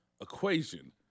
equation